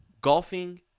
Golfing